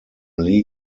lee